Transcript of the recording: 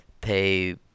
pay